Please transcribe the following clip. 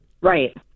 right